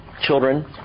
Children